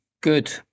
Good